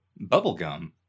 Bubblegum